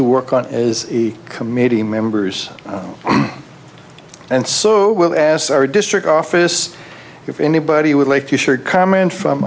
to work on as a committee members and so we'll as our district office if anybody would like to share comment from